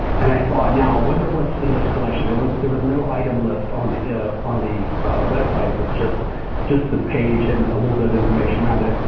and i thought i wonder what's in this collection. there was there was no item list on the on the website. it was just just this page and a little bit of information around it.